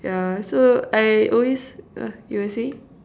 yeah so I always uh you were saying